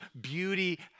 beauty